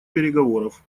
переговоров